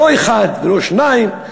לא אחד ולא שניים,